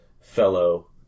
fellow